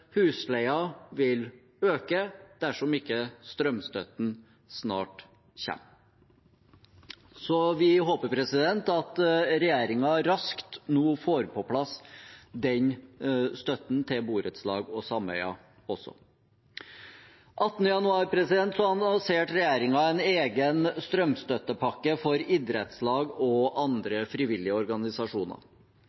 vil øke dersom ikke strømstøtten snart kommer. Så vi håper at regjeringen nå raskt får på plass den støtten også til borettslag og sameier. Den 18. januar annonserte regjeringen en egen strømstøttepakke for idrettslag og